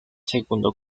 segundo